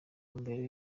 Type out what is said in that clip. mbere